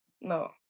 No